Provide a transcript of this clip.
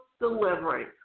delivery